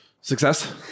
success